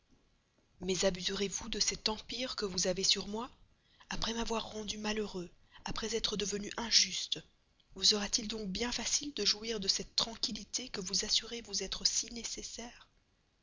mais abuserez vous de cet empire que vous avez sur moi après m'avoir rendu malheureux après être devenue injuste vous sera-t-il donc bien facile de jouir de cette tranquillité que vous assurez vous être si nécessaire